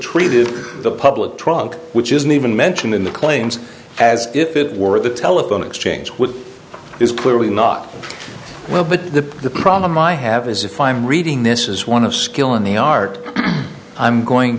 treated the public trunk which isn't even mentioned in the claims as if it were the telephone exchange with is clearly not the the problem i have is if i'm reading this as one of skill in the art i'm going